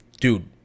dude